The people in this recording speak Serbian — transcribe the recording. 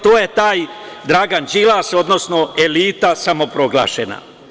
To je taj Dragan Đilas, odnosno elita samoproglašena.